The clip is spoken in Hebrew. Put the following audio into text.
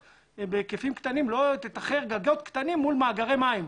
בהיקפים קטנים ולא תתחר גגות קטנים מול מאגרי מים,